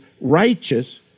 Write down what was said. righteous